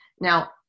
Now